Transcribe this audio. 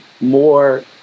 more